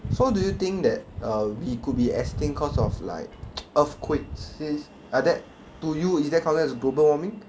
so do you think that err we could be extinct cause of like earthquakes since like that to you is that counted as global warming